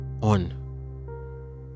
on